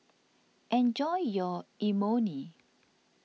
enjoy your Imoni